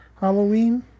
Halloween